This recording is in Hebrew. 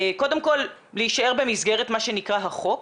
קודם כל להישאר במסגרת מה שנקרא החוק.